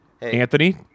Anthony